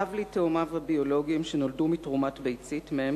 אב לתאומיו הביולוגיים שנולדו מתרומת ביצית מאם